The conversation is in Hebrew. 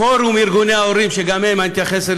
פורום ארגוני ההורים, שגם אליהם אני אתייחס.